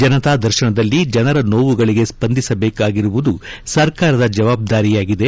ಜನತಾ ದರ್ಶನದಲ್ಲಿ ಜನರ ನೋವುಗಳಿಗೆ ಸ್ಪಂದಿಸಬೇಕಾಗಿರುವುದು ಸರ್ಕಾರದ ಜವಾಬ್ದಾರಿಯಾಗಿದೆ